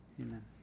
Amen